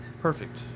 Perfect